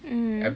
mm